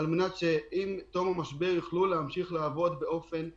כדי שבתום המשבר הם יוכלו לעבוד באופן מלא.